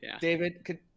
David